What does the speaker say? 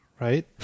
right